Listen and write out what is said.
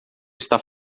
está